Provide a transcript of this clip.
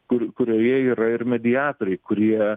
kur kurioje yra ir mediatoriai kurie